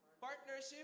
partnership